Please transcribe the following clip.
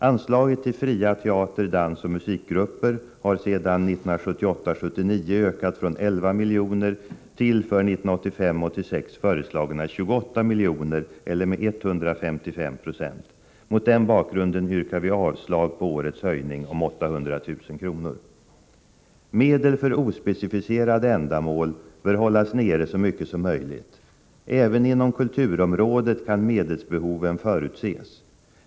Anslaget till fria teater-, dansoch musikgrupper har sedan 1978 86 föreslagna 28 miljoner, eller med 155 20. Mot den bakgrunden yrkar vi avslag på årets förslag om en höjning med 800 000 kr. Beloppet för ospecificerade ändamål bör hållas så lågt som möjligt. Även inom kulturområdet kan medelsbehoven förutses.